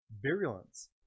virulence